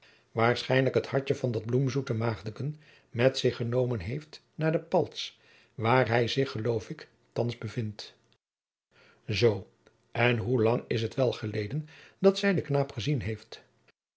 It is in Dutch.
waarschijnlijk het hartje van dat bloemzoete maagdeken met zich genomen heeft naar de palts waar hij zich geloof ik thands bevindt zoo en hoelang is het wel geleden dat zij den knaap gezien heeft